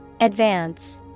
Advance